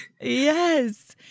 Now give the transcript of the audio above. Yes